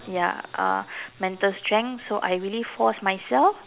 ya uh mental strength so I really force myself